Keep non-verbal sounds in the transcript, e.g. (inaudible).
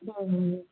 (unintelligible)